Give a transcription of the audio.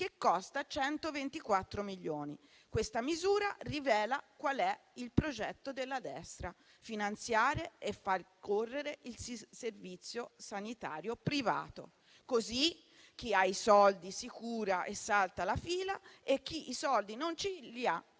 costa 124 milioni. Questa misura rivela qual è il progetto della destra: finanziare e far correre il Servizio sanitario privato, così chi ha i soldi si cura e salta la fila e chi i soldi non li ha